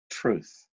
truth